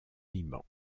liban